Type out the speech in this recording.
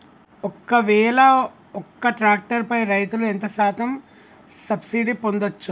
ఒక్కవేల ఒక్క ట్రాక్టర్ పై రైతులు ఎంత శాతం సబ్సిడీ పొందచ్చు?